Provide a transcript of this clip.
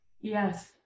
Yes